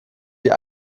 die